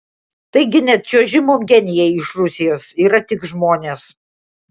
taigi net čiuožimo genijai iš rusijos yra tik žmonės